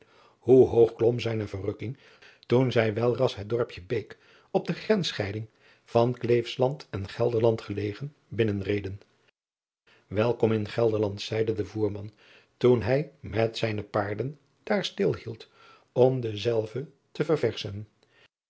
oe hoog klom zijne verrukking toen zij welras het dorpje eek op de grensscheiding van leefsland en elderland gelegen binnenreden elkom in elderland zeide de voerman toen hij met zijne paarden daar stil hield om dezelve te ververschen